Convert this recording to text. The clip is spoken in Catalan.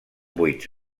buits